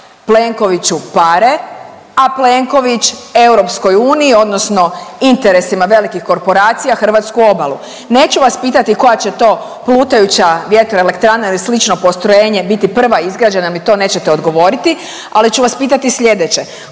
Plenkoviću pare, a Plenković EU odnosno interesima velikih korporacija hrvatsku obalu. Neću vas pitati koja će to plutajuća vjetroelektrana ili slično postrojenje biti prva izgrađena jer mi to nećete odgovoriti, ali ću vas pitati slijedeće.